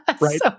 Right